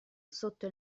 sotto